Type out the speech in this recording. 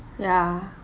ya